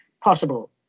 possible